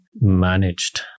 managed